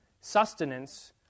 sustenance